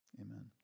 Amen